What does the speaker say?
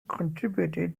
contributed